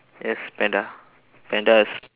yes panda panda is